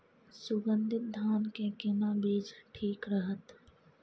सुगन्धित धान के केना बीज ठीक रहत?